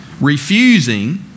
refusing